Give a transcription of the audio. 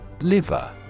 Liver